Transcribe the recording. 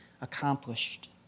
accomplished